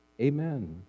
Amen